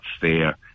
fair